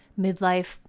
midlife